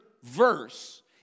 Verse